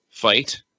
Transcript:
fight